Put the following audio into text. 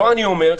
לא אני אומר,